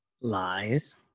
Lies